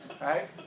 Right